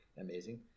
amazing